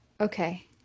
okay